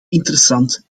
interessant